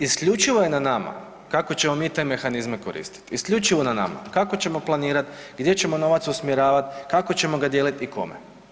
Isključivo je na nama kako ćemo mi te mehanizme koristiti, isključivo na nama kako ćemo planirat, gdje ćemo novac usmjeravat, kako ćemo ga dijeliti i kome.